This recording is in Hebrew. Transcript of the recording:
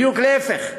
בדיוק להפך,